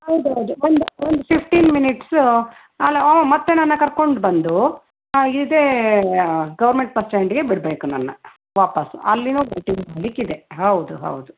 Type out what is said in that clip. ಹೌದೌದು ಒಂದು ಒಂದು ಫಿಫ್ಟೀನ್ ಮಿನಿಟ್ಸು ಮತ್ತೆ ನನ್ನ ಕರ್ಕೊಂಡು ಬಂದು ಇದೇ ಗವರ್ನ್ಮೆಂಟ್ ಬಸ್ಟ್ಯಾಂಡಿಗೆ ಬಿಡಬೇಕು ನನ್ನ ವಾಪಸ್ ಅಲ್ಲಿಯೂ ವೈಟಿಂಗ್ ಮಾಡಲಿಕ್ಕಿದೆ ಹೌದು ಹೌದು